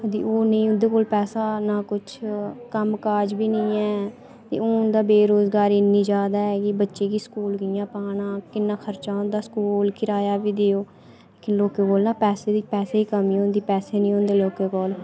ते ओह् नेईं उंदे कोल पैसा ना कुछ कम्मकाज बी नेईं ऐ ते हून ते बेरोजगारी इन्नी जादा ऐ कि बच्चे गी स्कूल कि'यां पाना किन्ना खर्चा होंदा स्कूल किराया बी देओ कि लोकें कोल ना पैसे दी पैसे दी कमी होंदी पैसे नी होंदे लोकें कोल